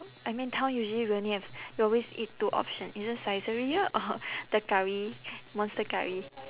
I mean town usually we only have we always eat two options either saizeriya or the curry monster curry